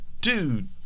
dude